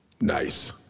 Nice